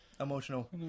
Emotional